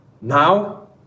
Now